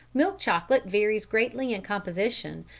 milk chocolate varies greatly in composition,